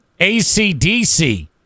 ACDC